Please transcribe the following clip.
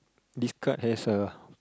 this card has a